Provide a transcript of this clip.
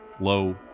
low